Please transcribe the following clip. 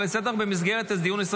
ההצעה לסדר-היום היא הראשונה.